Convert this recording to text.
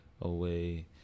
away